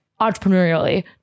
entrepreneurially